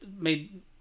made